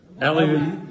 Ellie